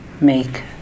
make